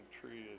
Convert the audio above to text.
treated